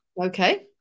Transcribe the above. okay